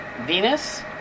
Venus